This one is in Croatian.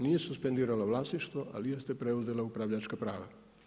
Nije suspendirala vlasništvo, ali jeste preuzela upravljačka prava.